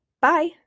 Bye